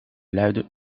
luide